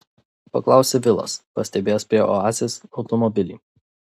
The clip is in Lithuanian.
paklausė vilas pastebėjęs prie oazės automobilį